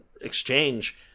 exchange